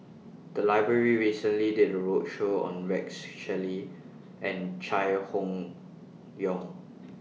The Library recently did A roadshow on Rex Shelley and Chai Hon Yoong